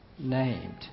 named